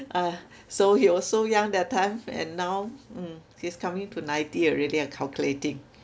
uh so he was so young that time and now mm he's coming to ninety already I calculating